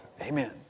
Amen